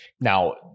Now